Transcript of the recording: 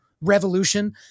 revolution